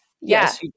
Yes